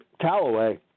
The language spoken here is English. Callaway